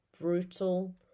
brutal